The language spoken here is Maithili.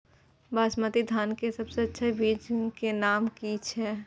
बासमती धान के सबसे अच्छा बीज के नाम की छे?